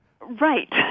Right